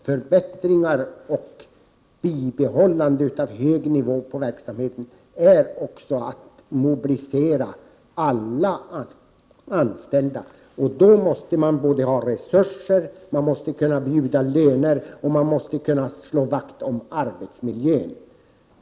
Förbättringar och ett bibehållande av en hög nivå på verksamheten åstadkoms också genom att mobilisera alla anställda. Då måste vi ha resurser, kunna erbjuda goda löner och kunna slå vakt om arbetsmiljön.